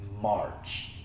March